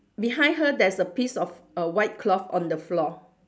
behind her there's a piece of a white cloth on the floor